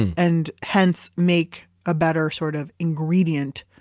and hence make a better sort of ingredient,